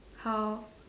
how